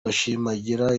bishimangira